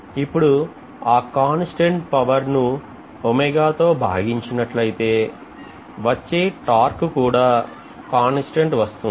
ఇప్పుడు ఆ constant power ను తో భాగించినట్టయి తే వచ్చే టార్క్ కూడా కాన్స్టాంట్ వస్తుంది